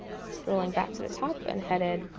scrolling back to the top and headed